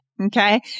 okay